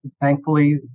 Thankfully